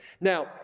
Now